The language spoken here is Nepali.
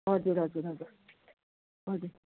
हजुर हजुर हजुर हजुर